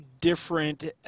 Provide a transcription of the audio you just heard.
different